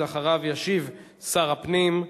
ואחריו ישיב שר הפנים,